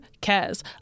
cares